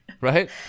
Right